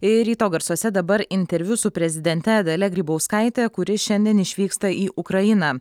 ir ryto garsuose dabar interviu su prezidente dalia grybauskaite kuri šiandien išvyksta į ukrainą